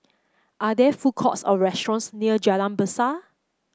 are there food courts or restaurants near Jalan Besar